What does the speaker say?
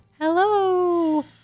Hello